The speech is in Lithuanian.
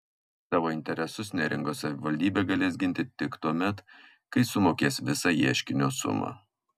savo interesus neringos savivaldybė galės ginti tik tuomet kai sumokės visą ieškinio sumą